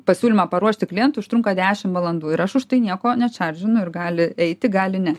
pasiūlymą paruošti klientui užtrunka dešimt valandų ir aš už tai nieko nečeržinu ir gali eiti gali ne